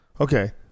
okay